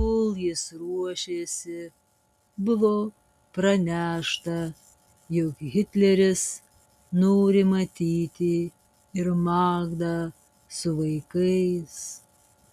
kol jis ruošėsi buvo pranešta jog hitleris nori matyti ir magdą su vaikais